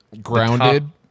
grounded